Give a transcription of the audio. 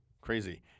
crazy